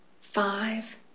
five